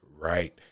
right